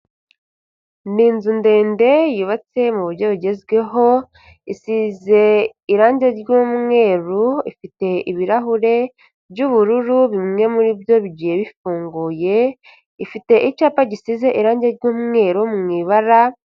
Ni inzu ndende yubatse mu buryo bugezweho, isize irangi ry'umweru, ifite ibirahure by'ubururu bimwe muri byo bigiye bifunguye, ifite icyapa gisize irangi ry'umweru mu ibara.